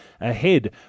ahead